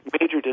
Major